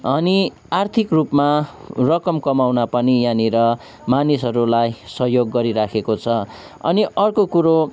अनि आर्थिक रूपमा रकम कमाउन पनि यहाँनिर मानिसहरूलाई सहयोग गरिरहेको छ अनि अर्को कुरो